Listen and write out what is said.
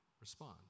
respond